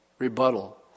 Rebuttal